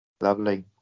Lovely